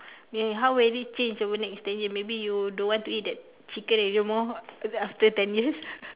may how it will change over next ten years maybe you don't want to eat that chicken anymore uh after ten years